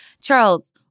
Charles